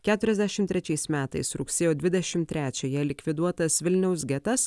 keturiasdešimt trečiais metais rugsėjo dvidešim trečiąją likviduotas vilniaus getas